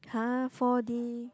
!huh! four D